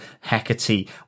Hecate